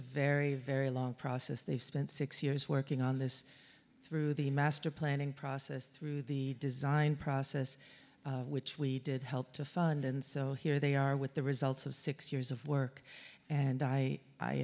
very very long process they've spent six years working on this through the master planning process through the design process which we did help to fund and so here they are with the results of six years of work and i